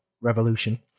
Revolution